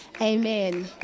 Amen